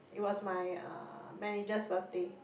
it was my uh manager's birthday